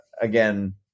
again